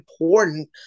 important